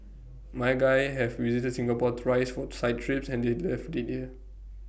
my guys have visited Singapore thrice for site trips and they loved IT here